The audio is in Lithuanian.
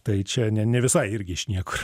tai čia ne ne visai irgi iš niekur